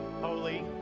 holy